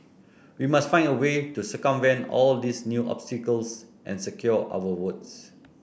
we must find a way to circumvent all these new obstacles and secure our votes